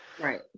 Right